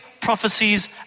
prophecies